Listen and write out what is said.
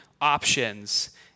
options